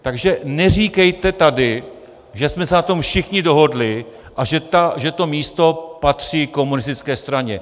Takže neříkejte tady, že jsme se na tom všichni dohodli a že to místo patří komunistické straně.